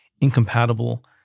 incompatible